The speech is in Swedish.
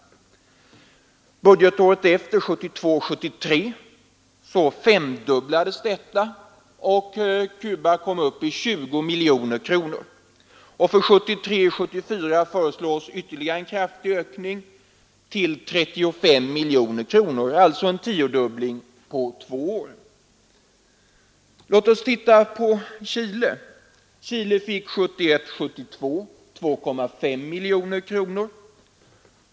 Budgetåret efter, 1972 74 föreslås ytterligare en kraftig ökning, till 35 miljoner kronor, alltså en tiodubbling på två år. Låt oss se på Chile: Chile fick 1971/72 2,5 miljoner kronor.